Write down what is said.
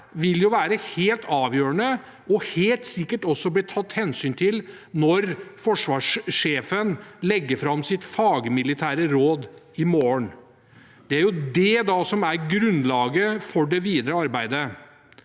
vil være helt avgjørende og helt sikkert også bli tatt hensyn til når forsvarssjefen legger fram sitt fagmilitære råd i morgen. Det er jo det som er grunnlaget for det videre arbeidet.